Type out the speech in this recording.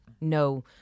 no